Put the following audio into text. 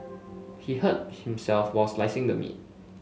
he hurt himself while slicing the meat